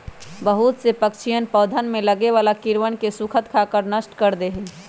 बहुत से पक्षीअन पौधवन में लगे वाला कीड़वन के स्खुद खाकर नष्ट कर दे हई